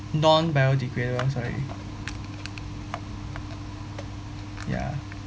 non-biodegradables right ya